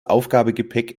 aufgabegepäck